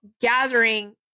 gathering